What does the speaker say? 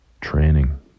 training